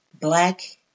Black